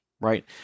right